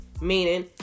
Meaning